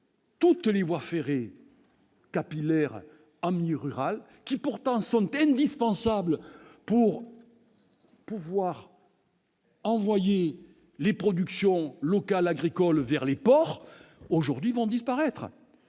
toutes les voies ferrées capillaires en milieu rural, pourtant indispensables pour transporter les productions locales agricoles vers les ports, vont disparaître